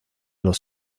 los